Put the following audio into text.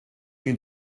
you